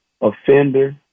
offender